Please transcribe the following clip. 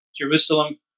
Jerusalem